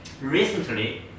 recently